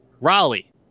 Raleigh